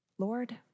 Lord